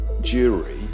jury